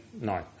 no